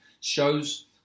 shows